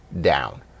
down